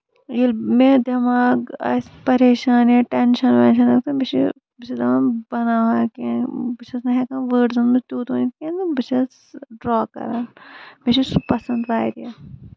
ییٚلہِ مےٚ دٮ۪ماغ آسہِ پَریشان یا ٹینشن ویٚنشن آسہِ مےٚ چھُ بہٕ چھَس دَپان بہٕ بَناوہا کیٚنہہ بہٕ چھَس نہٕ ہٮ۪کان وٲڑزن منٛز تیوٗت ؤنِتھ کیٚنٛہہ تہٕ بہٕ چھَس ڈرا کران مےٚ چھُ سُہ پَسند واریاہ